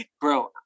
bro